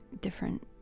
different